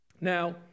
Now